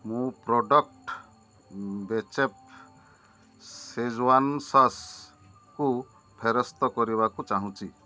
ମୁଁ ପ୍ରଡ଼କ୍ଟ୍ ବେଚେଫ୍ ଶେଜୱାନ୍ ସସ୍କୁ ଫେରସ୍ତ କରିବାକୁ ଚାହୁଁଛି